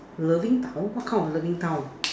loving town what kind of loving town